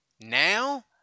now